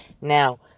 Now